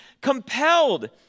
compelled